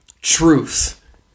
truth